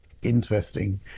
interesting